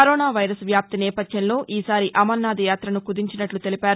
corona virus వ్యాప్తి నేపథ్యంలో ఈసారి అమర్నాథ్ యూత్రను కుదించినట్లు తెలిపారు